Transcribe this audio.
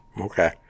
Okay